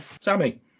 Sammy